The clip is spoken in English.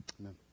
Amen